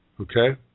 Okay